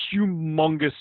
humongous